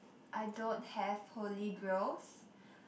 I don't have holy grails